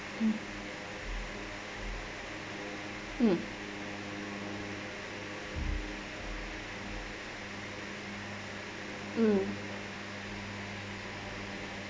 hmm mm mm